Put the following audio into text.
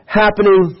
happening